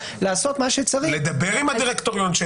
לעשות מה שצריך --- לדבר עם הדירקטוריון.